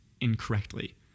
incorrectly